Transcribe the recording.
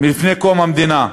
מלפני קום המדינה.